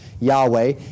Yahweh